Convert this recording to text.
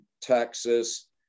Texas